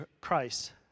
Christ